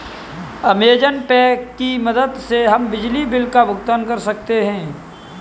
Amazon Pay की मदद से हम बिजली बिल का भुगतान कर सकते हैं